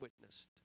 witnessed